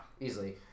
Easily